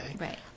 Right